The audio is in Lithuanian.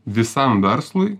visam verslui